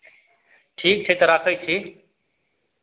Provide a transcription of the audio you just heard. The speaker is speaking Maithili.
ठीक छै तऽ राखै छी